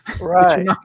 right